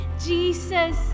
Jesus